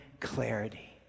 clarity